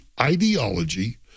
ideology